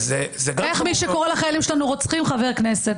איך מי שקורא לחיילים שלנו רוצחים הוא חבר כנסת?